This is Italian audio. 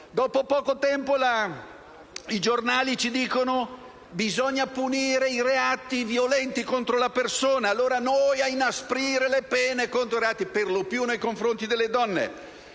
Dopo poco tempo, i giornali ci dicono che bisogna punire i reati violenti contro la persona, e noi corriamo ad inasprire le pene per i reati per lo più nei confronti delle donne.